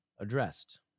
addressed